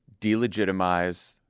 delegitimize